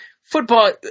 football